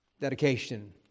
dedication